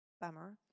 bummer